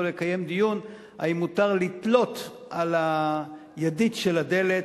לקיים דיון אם מותר לתלות על הידית של הדלת,